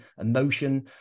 emotion